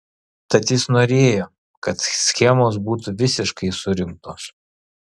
tad jis norėjo kad schemos būtų visiškai surinktos